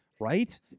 Right